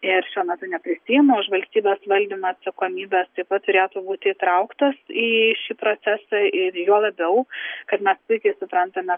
ir šiuo metu neprisiima už valstybės valdymą atsakomybės taip pat turėtų būti įtrauktos į šį procesą ir juo labiau kad mes puikiai suprantame